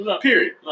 period